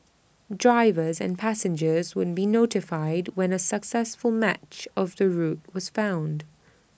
drivers and passengers would be notified when A successful match of the route was found